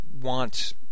want